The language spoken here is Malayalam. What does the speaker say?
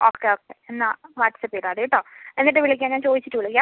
ഓക്കെ ഓക്കെ എന്നാൽ വാട്ട്സ്ആപ്പ് ചെയ്താൽ മതി കേട്ടോ എന്നിട്ട് വിളിക്കാം ഞാൻ ചോദിച്ചിട്ട് വിളിക്കാം